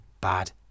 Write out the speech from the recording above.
bad